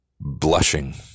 blushing